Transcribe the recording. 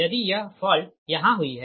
यदि यह फॉल्ट यहाँ हुई है